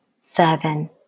seven